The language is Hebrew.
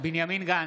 בנימין גנץ,